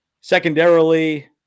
secondarily